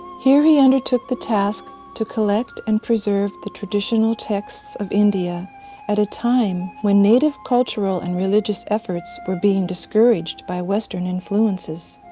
here he undertook the task to collect and preserve the traditional texts of india at a time when native cultural and religious efforts were being discouraged by western influences.